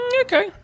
Okay